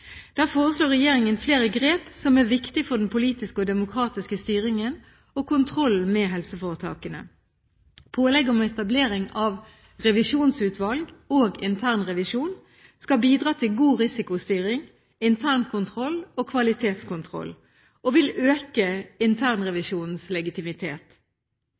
Der foreslår regjeringen flere grep som er viktige for den politiske og demokratiske styringen og kontrollen med helseforetakene. Pålegg om etablering av revisjonsutvalg og internrevisjon skal bidra til god risikostyring, internkontroll og kvalitetskontroll og vil øke internrevisjonens legitimitet.